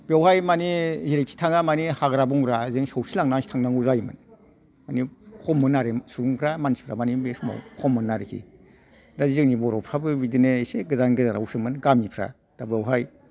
बेवहाय मानि जेरैखि थाङा माने हाग्रा बंग्राजों सौसि लांनानैसो थांनांगौ जायोमोन मानि खममोन आरो सुबुंफ्रा मानसिफ्रा मानि बे समाव खममोन आरिखि दा जोंनि बर'फ्राबो बिदिनो एसे गोजान गोजानावसोमोन गामिफ्रा दा बावहाय